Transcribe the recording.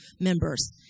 members